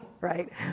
right